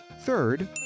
Third